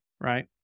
Right